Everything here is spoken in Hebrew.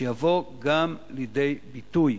שיבוא גם לידי ביטוי